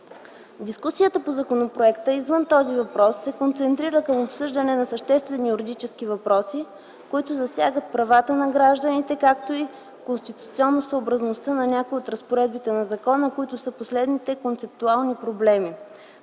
Дискусията по законопроекта, извън този въпрос, се концентрира към обсъждане на съществени юридически въпроси, които засягат правата на гражданите, както и конституционносъобразността на някои от разпоредбите на закона, които са последните концептуални проблеми: